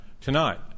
tonight